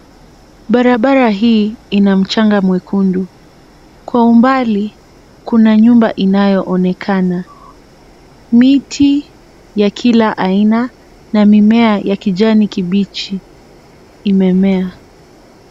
Barabara hii ina mchanga mwekundu. Kwa umbali kuna nyumba inayoonekana. Miti ya kila aina na mimea ya kijani kibichi imemea.